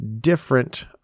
different